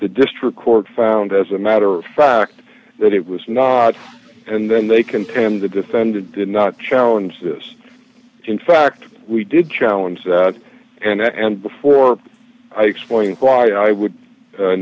the district court found as a matter of fact that it was not and then they contend the defendant did not challenge this in fact we did challenge that and before i explain why i would